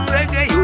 Reggae